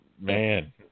man